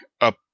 up